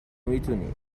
میتونی